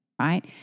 right